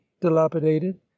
dilapidated